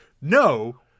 no